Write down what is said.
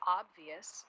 obvious